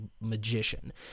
magician